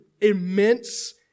immense